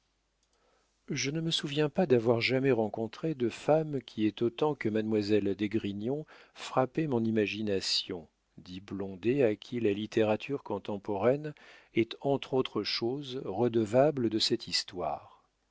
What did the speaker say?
je ne me souviens pas d'avoir jamais rencontré de femme qui ait autant que mademoiselle d'esgrignon frappé mon imagination dit blondet à qui la littérature contemporaine est entre autres choses redevable de cette histoire